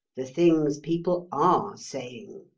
the things people are saying